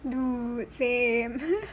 dude same